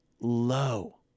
low